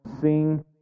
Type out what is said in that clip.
Sing